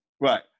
right